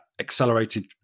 accelerated